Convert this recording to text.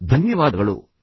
ಧನ್ಯವಾದಗಳು